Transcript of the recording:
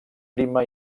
prima